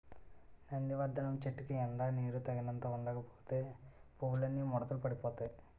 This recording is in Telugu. నందివర్థనం చెట్టుకి ఎండా నీరూ తగినంత ఉండకపోతే పువ్వులన్నీ ముడతలు పడిపోతాయ్